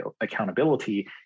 accountability